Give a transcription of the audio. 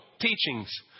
teachings